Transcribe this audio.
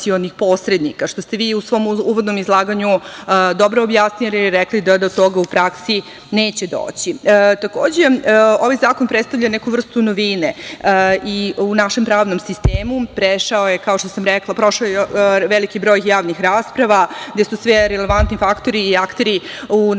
što ste vi u svom uvodnom izlaganju dobro objasnili i rekli da do toga u praksi neće doći. Takođe, ovaj zakon predstavlja neku vrstu novine i u našem pravnom sistemu prošao je, kao što sam rekla, prošao je veliki broj javnih rasprava, gde su sve relevantni faktori i akteri u našem